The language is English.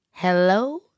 hello